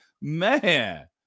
Man